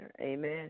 amen